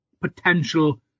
potential